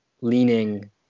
leaning